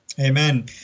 Amen